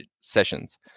sessions